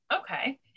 Okay